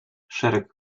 szereg